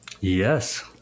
Yes